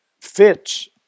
fits